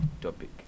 topic